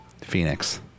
Phoenix